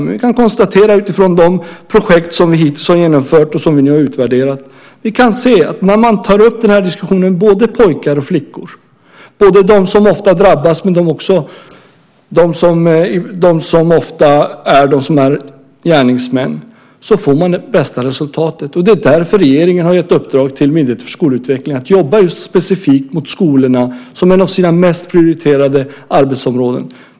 Men vi kan konstatera utifrån de projekt vi hittills har genomfört och som vi nu utvärderar att när man tar upp den här diskussionen med både pojkar och flickor, både de som ofta drabbas och de som ofta är gärningsmän, får man det bästa resultatet. Det är därför regeringen har gett i uppdrag till Myndigheten för skolutveckling att jobba specifikt mot skolorna med detta som ett av sina mest prioriterade arbetsområden.